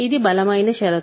ఇది బలమైన షరతు